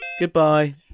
Goodbye